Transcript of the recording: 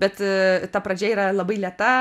bet ta pradžia yra labai lėta